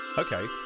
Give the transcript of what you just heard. Okay